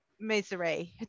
misery